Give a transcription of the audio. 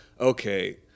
okay